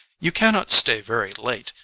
you cannot stay very late,